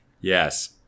Yes